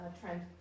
trend